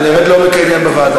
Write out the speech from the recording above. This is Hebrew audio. נרד לעומק העניין בוועדה.